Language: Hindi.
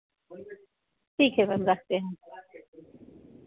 ठीक है मैम रखते हैं